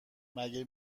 مگه